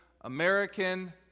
American